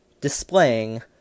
displaying